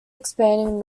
expanding